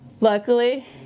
Luckily